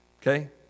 Okay